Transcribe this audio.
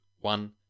one